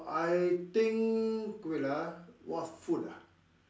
I think wait ah what food ah